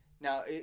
Now